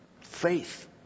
faith